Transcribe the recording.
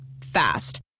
Fast